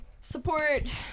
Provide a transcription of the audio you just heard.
support